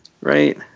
Right